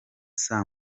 saa